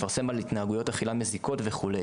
לפרסם על התנהגויות אכילה מזיקות וכו',